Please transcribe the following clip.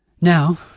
Now